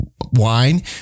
wine